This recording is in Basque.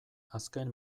azken